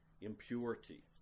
impurity